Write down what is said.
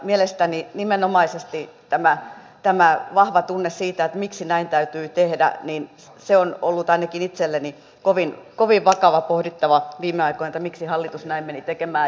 mielestäni nimenomaisesti tämä vahva tunne siitä miksi näin täytyy tehdä on ollut ainakin itselleni kovin vakava pohdittava viime aikoina että miksi hallitus näin meni tekemään